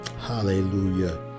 hallelujah